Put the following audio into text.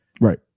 right